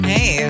Hey